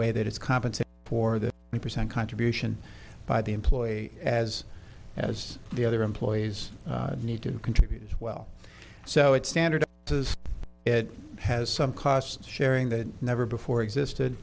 way that it's compensate for the present contribution by the employee as as the other employees need to contribute as well so it's standard it has some cost sharing that never before existed